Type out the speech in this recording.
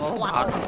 waddle,